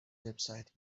website